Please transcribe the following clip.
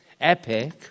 epic